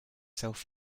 self